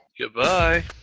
Goodbye